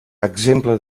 exemple